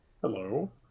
Hello